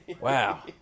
Wow